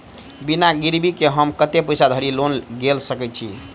बिना गिरबी केँ हम कतेक पैसा धरि लोन गेल सकैत छी?